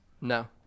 No